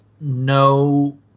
no